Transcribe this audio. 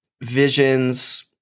Visions